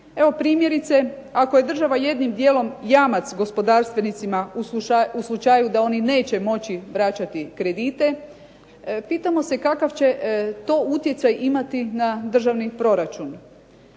primjerice, ako je država jedinim dijelom jamac gospodarstvenicima u slučaju da oni neće moći vraćati kredite, pitamo se kakav će to utjecaj imati na državni proračun.